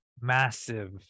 massive